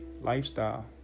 lifestyle